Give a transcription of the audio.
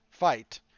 Fight